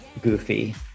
goofy